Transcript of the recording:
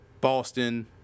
Boston